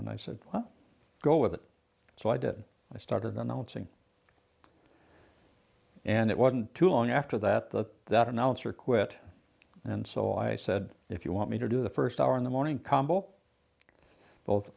and i said well go with it so i did i started announcing and it wasn't too long after that that that announcer quit and so i said if you want me to do the first hour in the morning